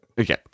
Okay